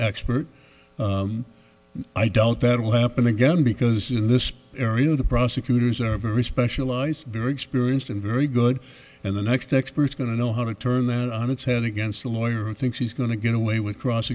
expert i doubt that will happen again because in this area the prosecutors are very specialized very experienced and very good and the next expert going to know how to turn that on its head against a lawyer thinks he's going to get away with cross